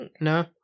No